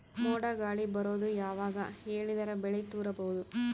ಮೋಡ ಗಾಳಿ ಬರೋದು ಯಾವಾಗ ಹೇಳಿದರ ಬೆಳೆ ತುರಬಹುದು?